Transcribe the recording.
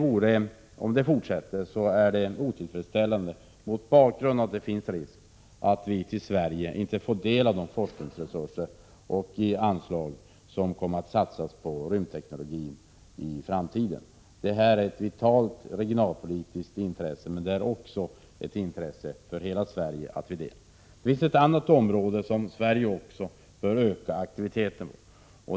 Om detta fortsätter är det otillfredsställande mot bakgrund av att det finns risk att vi i Sverige inte får del av forskningsresurserna och anslagen till rymdteknologi i framtiden. Det är ett vitalt regionalpolitiskt intresse, men också ett intresse för hela Sverige att delta i detta samarbete. Det finns ett annat område där Sverige också bör öka sin aktivitet.